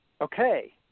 okay